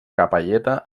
capelleta